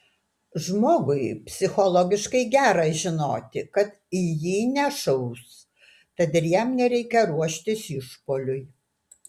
žmogui psichologiškai gera žinoti kad į jį nešaus tad ir jam nereikia ruoštis išpuoliui